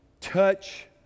touch